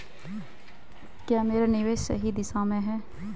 क्या मेरा निवेश सही दिशा में है?